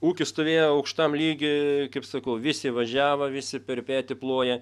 ūkis stovėjo aukštam lygy kaip sakau visi važiavo visi per petį ploja